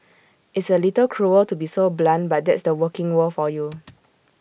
it's A little cruel to be so blunt but that's the working world for you